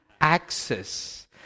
access